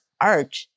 art